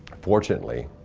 fortunately,